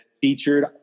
featured